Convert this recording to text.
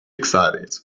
excited